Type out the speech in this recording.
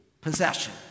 Possession